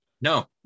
No